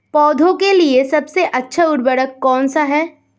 पौधों के लिए सबसे अच्छा उर्वरक कौन सा है?